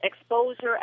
exposure